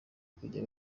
kujya